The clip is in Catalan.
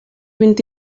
vint